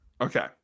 Okay